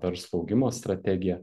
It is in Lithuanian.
verslo augimo strategija